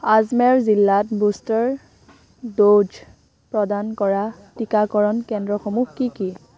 আজমেৰ জিল্লাত booster dose প্ৰদান কৰা টিকাকৰণ কেন্দ্ৰসমূহ কি কি